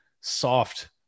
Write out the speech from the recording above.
soft